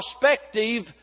prospective